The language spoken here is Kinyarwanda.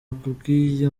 akubwiye